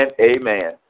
amen